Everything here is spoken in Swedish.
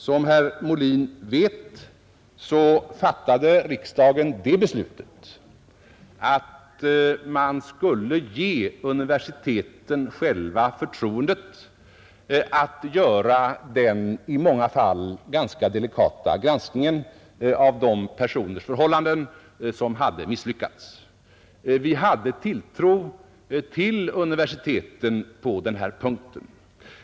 Som herr Molin vet fattade riksdagen det beslutet att man skulle ge universiteten själva förtroendet att göra den i många fall ganska delikata granskningen av de personers förhållanden, som hade misslyckats. Vi hade tilltro till universiteten på den här punkten.